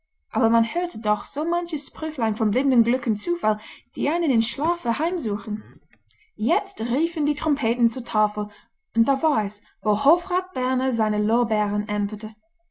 aber man hörte doch so manches sprüchlein vom blinden glück und zufall die einen im schlafe heimsuchen jetzt riefen die trompeten zur tafel und da war es wo hofrat berner seine lorbeeren erntete